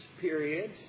period